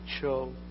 show